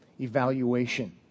Evaluation